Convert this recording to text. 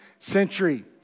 century